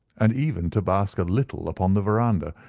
and even to bask a little upon the verandah,